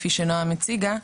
כפי שנועם הציגה,